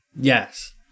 Yes